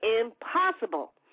impossible